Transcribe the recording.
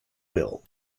will